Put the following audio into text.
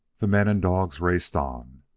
the men and dogs raced on.